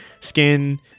skin